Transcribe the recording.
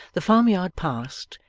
the farm-yard passed,